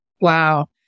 Wow